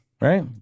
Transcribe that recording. Right